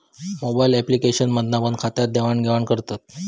mobile application मधना पण खात्यात देवाण घेवान करतत